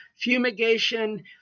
fumigation